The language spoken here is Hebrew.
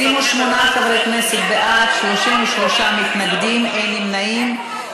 28 חברי כנסת בעד, 33 מתנגדים, אין נמנעים.